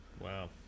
Wow